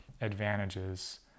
advantages